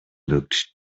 looked